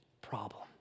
problem